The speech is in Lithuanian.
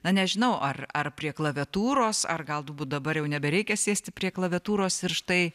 na nežinau ar ar prie klaviatūros ar galbūt dabar jau nebereikia sėsti prie klaviatūros ir štai